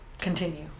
Continue